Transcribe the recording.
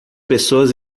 pessoas